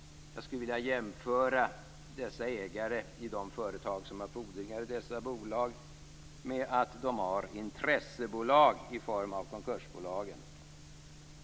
Jag skulle vilja säga att konkursbolagen är intressebolag för ägarna i de företag som har fordringar i dessa bolag.